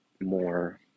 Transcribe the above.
more